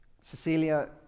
Cecilia